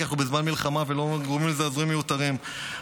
כי אנחנו בזמן מלחמה ולא גורמים לזעזועים מיותרים,